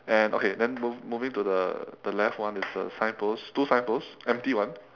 and okay then mov~ moving to the the left one is a signpost two signpost empty [one]